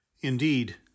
Indeed